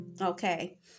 Okay